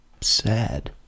sad